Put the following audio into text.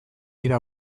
dira